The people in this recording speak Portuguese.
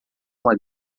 uma